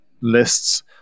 lists